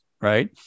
right